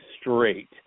straight